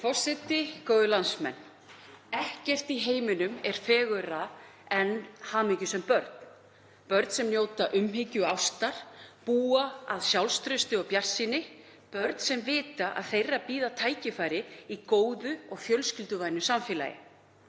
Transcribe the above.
forseti. Góðir landsmenn. Ekkert í heiminum er fegurra en hamingjusöm börn sem njóta umhyggju, ástar, búa að sjálfstrausti og bjartsýni. Börn sem vita að þeirra bíða tækifæri í góðu og fjölskylduvænu samfélagi.